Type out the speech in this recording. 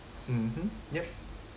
mmhmm yup